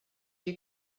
you